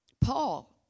Paul